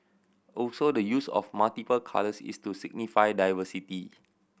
also the use of multiple colours is to signify diversity